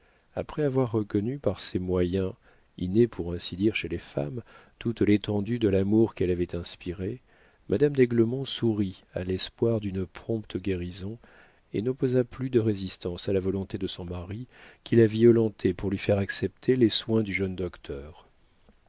après avoir reconnu par ces moyens innés pour ainsi dire chez les femmes toute l'étendue de l'amour qu'elle avait inspiré madame d'aiglemont sourit à l'espoir d'une prompte guérison et n'opposa plus de résistance à la volonté de son mari qui la violentait pour lui faire accepter les soins du jeune docteur